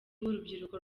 urubyiruko